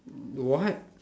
what